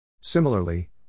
Similarly